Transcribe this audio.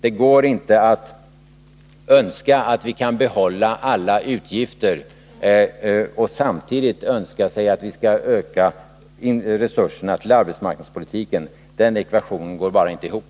Det går inte att önska att behålla alla utgifter och samtidigt önska att vi skall öka resurserna till arbetsmarknadspolitiken. Den ekvationen går bara inte ihop.